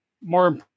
More